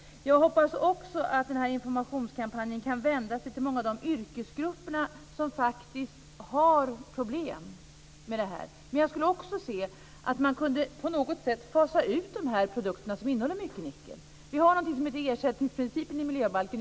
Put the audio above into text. Jag hoppas också att denna informationskampanj kan vända sig till många av de yrkesgrupper som faktiskt har problem med detta. Men jag skulle också gärna se att man på något sätt kunde fasa ut de produkter som innehåller mycket nickel. Vi har något som heter ersättningsprincipen i miljöbalken.